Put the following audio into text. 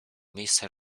miejsce